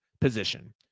position